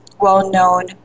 well-known